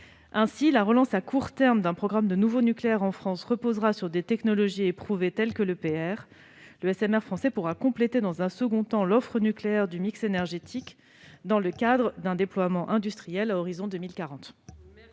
La relance à court terme d'un nouveau programme nucléaire en France reposera sur des technologies éprouvées telles que l'EPR. Le SMR français pourra compléter dans un second temps l'offre nucléaire du mix énergétique, dans le cadre d'un déploiement industriel à l'horizon 2040.